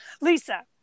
lisa